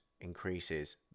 increases